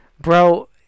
Bro